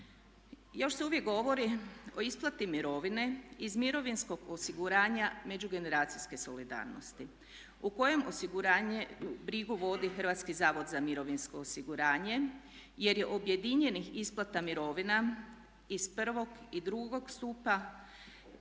Još se uvijek govori o isplati mirovine iz mirovinskog osiguranja međugeneracijske solidarnosti u kojem osiguranju brigu vodi HZMO jer je objedinjenih isplata mirovina iz prvog i drugo stupa